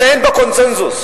שהן בקונסנזוס.